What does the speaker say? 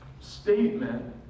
statement